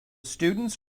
students